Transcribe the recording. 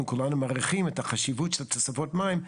כולנו מעריכים את החשיבות של תוספות מים,